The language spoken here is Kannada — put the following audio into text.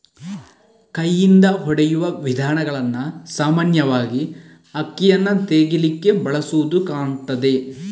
ಕೈಯಿಂದ ಹೊಡೆಯುವ ವಿಧಾನಗಳನ್ನ ಸಾಮಾನ್ಯವಾಗಿ ಅಕ್ಕಿಯನ್ನ ತೆಗೀಲಿಕ್ಕೆ ಬಳಸುದು ಕಾಣ್ತದೆ